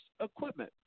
equipment